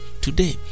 today